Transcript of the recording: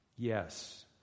Yes